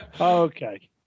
Okay